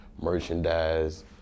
merchandise